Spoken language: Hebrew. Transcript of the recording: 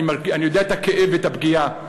אני יודע את הכאב ואת הפגיעה,